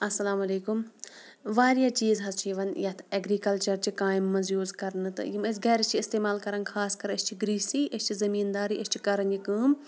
السَلامُ علیکُم واریاہ چیٖز حظ چھِ یِوان یَتھ ایگرِکَلچَر چہِ کامہِ منٛز یوٗز کَرنہٕ تہٕ یِم ٲسۍ گَرِ چھِ استعمال کَران خاص کَر أسۍ چھِ گرٛیٖسی أسۍ چھِ زٔمیٖندارٕے أسۍ چھِ کَران یہِ کٲم